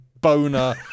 boner